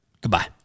Goodbye